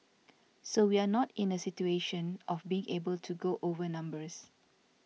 so we are not in the situation of being able to go over numbers